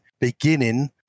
beginning